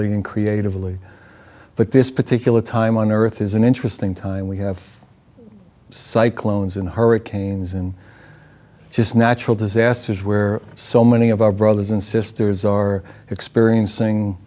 and creatively but this particular time on earth is an interesting time we have cyclons in hurricanes and just natural disasters where so many of our brothers and sisters are experiencing